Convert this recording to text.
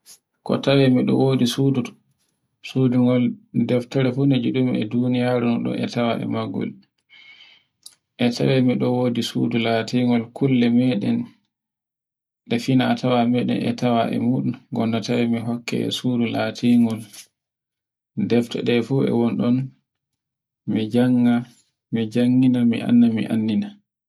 ko tawe moɗon woɗi sudu. Sudundun ko deftere fu ko ngidumi e duniyaaru unɗon e tawa a magol. E tawe miɗon wodi sudu latingol kulle meɗen nde fina a tawa e meɗen a tawa e muɗum, gonda tawe mi hokke e sudu latingol defte de fu e woni ɗon mi jannga, mi janngina, mi anna mi annina.